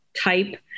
type